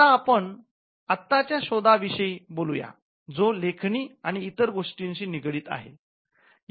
आता आपण आत्ताच्या शोध विषयी बोलू या जो लेखणी आणि इतर गोष्टीशी निगडित आहे